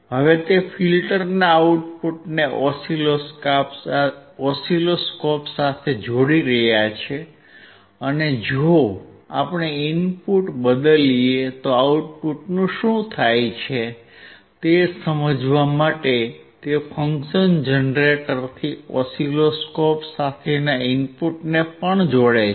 હવે તે ફિલ્ટરના આઉટપુટને ઓસિલોસ્કોપ સાથે જોડી રહ્યા છે અને જો આપણે ઇનપુટ બદલીએ તો આઉટપુટનું શું થાય છે તે સમજવા માટે તે ફંક્શન જનરેટરથી ઓસિલોસ્કોપ સાથેના ઇનપુટને પણ જોડે છે